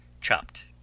chopped